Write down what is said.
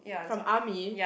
from army